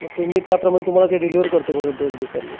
मग तुम्ही त्याप्रमाणे तुम्हाला ते डिलिवर करतो बरोबर दोन दिवसांनी